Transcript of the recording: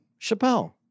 Chappelle